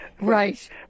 Right